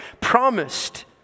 promised